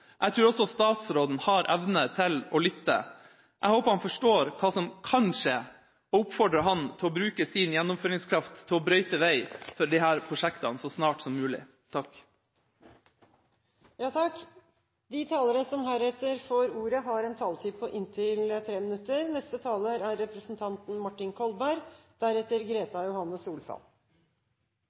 Jeg håper ikke dette hvileskjæret får de konsekvensene det kan få. Jeg tror også statsråden har evne til å lytte. Jeg håper han forstår hva som kanskje, og oppfordrer ham til å bruke sin gjennomføringskraft til å brøyte vei for disse prosjektene så snart som mulig. De talerne som heretter får ordet, har en taletid på inntil 3 minutter. Ringeriksbanen er